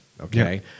okay